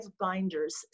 Binders